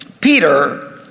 Peter